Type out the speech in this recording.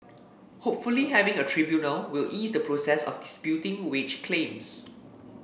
hopefully having a tribunal will ease the process of disputing wage claims